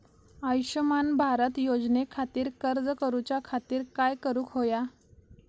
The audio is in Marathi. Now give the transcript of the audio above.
आयुष्यमान भारत योजने खातिर अर्ज करूच्या खातिर काय करुक होया?